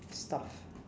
stuff